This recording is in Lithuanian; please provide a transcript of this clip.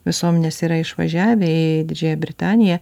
visomenės yra išvažiavę į didžiąją britaniją